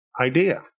idea